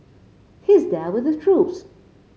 he's there with the troops